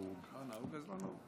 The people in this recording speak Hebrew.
להצטרף אליה, אני מכיר את הנושא.